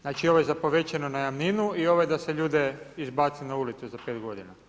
Znači ovaj za povećanu najamninu i ovaj da se ljude izbaci na ulicu za 5 godina.